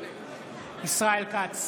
ישראל כץ,